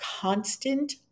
constant